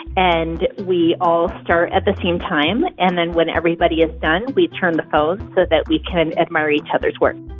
and we all start at the same time. and then when everybody is done, we turn the phones so that we can admire each other's work